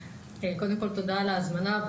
קודם כל תודה על ההזמנה.